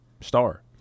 star